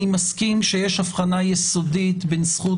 אני מסכים שיש אבחנה יסודית בין זכות